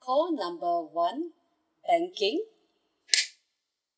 call number one banking